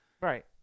right